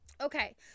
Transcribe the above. Okay